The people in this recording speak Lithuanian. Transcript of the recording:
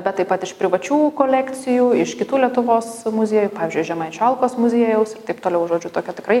bet taip pat iš privačių kolekcijų iš kitų lietuvos muziejų pavyzdžiui iš žemaičių alkos muziejaus ir taip toliau žodžiu tokia tikrai